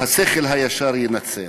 שהשכל הישר ינצח.